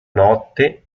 notte